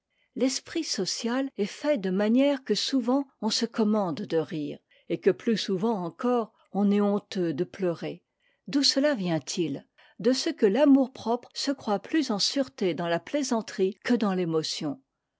l'esprit social est fait de manière que souvent on se commande de rire et que plus souvent encore on est honteux de pleurer d'où cela vient-il p de ce que l'amour-propre se croit plus en sûreté dans la plaisanterie que dans rémotion il